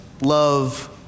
love